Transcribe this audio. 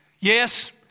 Yes